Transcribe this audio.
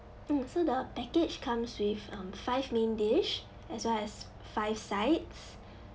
mm so the package comes with um five main dish as well as five sides